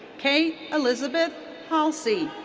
kate elizabeth hallisey.